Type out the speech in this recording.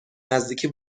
نزدیکی